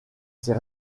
ces